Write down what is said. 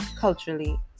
Culturally